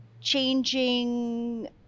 changing